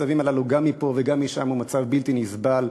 לצווים האלה גם מפה וגם משם, הוא מצב בלתי נסבל.